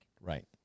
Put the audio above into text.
Right